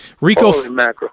Rico